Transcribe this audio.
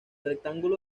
rectángulo